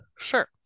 Sure